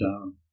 down